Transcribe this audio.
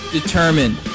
determined